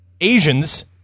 Asians